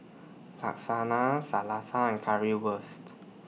Lasagna and Currywurst